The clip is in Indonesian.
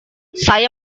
saya